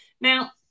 Now